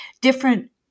different